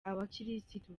abakirisitu